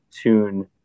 tune